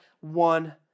one